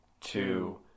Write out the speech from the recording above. two